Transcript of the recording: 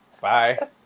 Bye